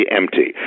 empty